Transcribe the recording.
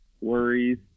worries